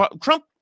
Trump